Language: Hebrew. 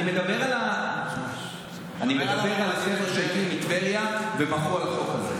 אני מדבר על חבר'ה שהגיעו מטבריה ומחו על החוק הזה.